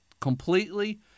completely